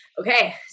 Okay